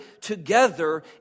together